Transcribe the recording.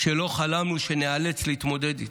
שלא חלמנו שניאלץ להתמודד איתו.